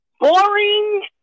boring